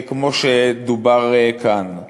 כמו שדובר כאן.